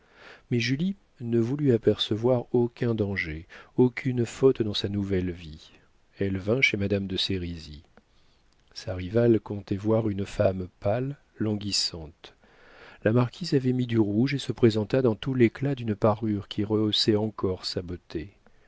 mais julie ne voulut apercevoir aucun danger aucune faute dans sa nouvelle vie elle vint chez madame de sérizy sa rivale comptait voir une femme pâle languissante la marquise avait mis du rouge et se présenta dans tout l'éclat d'une parure qui rehaussait encore sa beauté